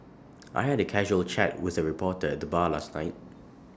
I had A casual chat with A reporter at the bar last night